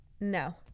no